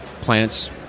plants